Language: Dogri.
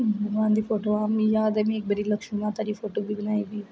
भगवान दी फोटयां मि याद ऐ मी इक बारी लक्ष्मी माता दी फोटो बी बनाई में